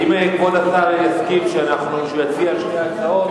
אם כבוד השר יסכים להשיב על שתי ההצעות,